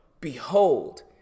behold